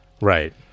Right